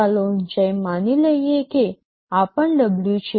ચાલો ઉચાઈ માની લઈએ કે આ પણ W છે